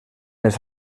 els